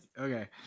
Okay